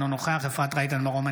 אינו נוכח אפרת רייטן מרום,